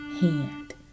hand